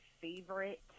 favorite